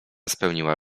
spełniła